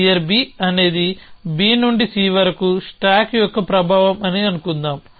clear అనేది B నుండి C వరకు స్టాక్ యొక్క ప్రభావం అని అనుకుందాం